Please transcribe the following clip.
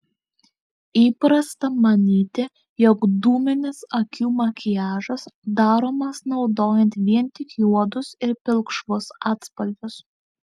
įprasta manyti jog dūminis akių makiažas daromas naudojant vien tik juodus ir pilkšvus atspalvius